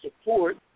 support